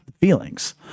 feelings